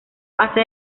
hace